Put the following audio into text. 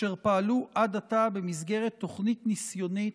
אשר פעלו עד עתה במסגרת תוכנית ניסיונית,